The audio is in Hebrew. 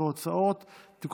אינה נוכחת,